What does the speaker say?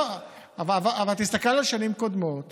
תסתכל על שנים קודמות